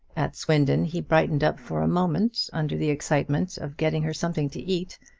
at swindon he brightened up for a moment under the excitement of getting her something to eat,